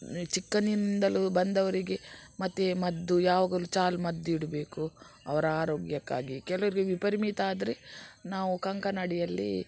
ಚಿಕ್ಕಂದಿನಿಂದಲೂ ಬಂದವರಿಗೆ ಮತ್ತು ಮದ್ದು ಯಾವಾಗಲು ಚಾಲ್ ಮದ್ದು ಇಡ್ಬೇಕು ಅವರ ಆರೋಗ್ಯಕ್ಕಾಗಿ ಕೆಲವರಿಗೆ ವಿಪರಿಮಿತ ಆದರೆ ನಾವು ಕಂಕನಾಡಿಯಲ್ಲಿ